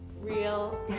real